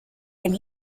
and